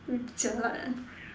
we jialat eh